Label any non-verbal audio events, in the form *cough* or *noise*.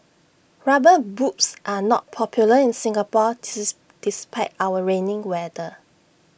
rubber boots are not popular in Singapore *unintelligible* despite our rainy weather